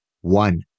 One